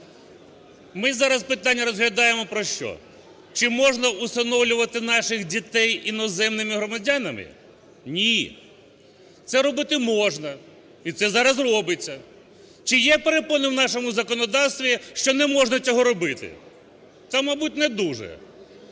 Ми зараз питання розглядаємо про що? Чи можна всиновлювати наших дітей іноземними громадянами? Ні. Це робити можна, і це зараза робиться. Чи є перепони в нашому законодавстві, що не можна цього робити? Та, мабуть, не дуже.